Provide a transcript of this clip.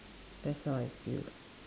that's how I feel